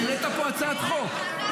העלית כאן הצעת חוק.